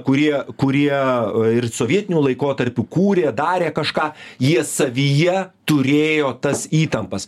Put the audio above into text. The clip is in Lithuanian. kurie kurie ir sovietiniu laikotarpiu kūrė darė kažką jie savyje turėjo tas įtampas